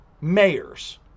mayors